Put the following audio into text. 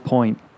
Point